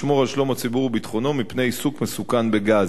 לשמור על שלום הציבור וביטחונו מפני עיסוק מסוכן בגז.